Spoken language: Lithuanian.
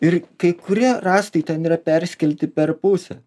ir kai kurie rąstai ten yra perskelti per pusę